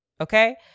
Okay